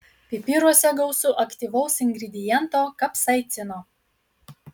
pipiruose gausu aktyvaus ingrediento kapsaicino